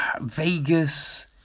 Vegas